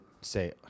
say